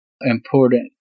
important